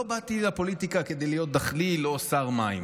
לא באתי לפוליטיקה כדי להיות דחליל או שר מים.